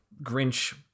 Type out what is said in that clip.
Grinch